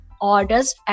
orders